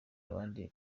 abandi